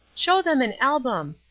show them an album.